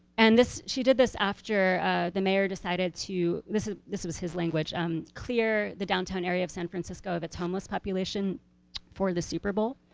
and she did this after the mayor decided to, this ah this was his language um clear the downtown area of san francisco of its homeless population for the super bowl.